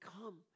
come